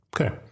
Okay